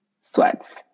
sweats